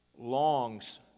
longs